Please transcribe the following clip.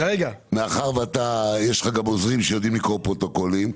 מאחר ואתה יש לך גם עוזרים שיודעים לקרוא פרוטוקולים,